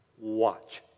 watch